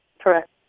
Correct